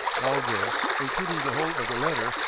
all this, including the whole of the letter,